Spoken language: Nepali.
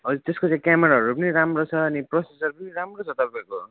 हजुर त्यसको चाहिँ क्यामराहरू पनि राम्रो छ अनि प्रोसेसर पनि राम्रो छ तपाईँको